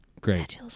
Great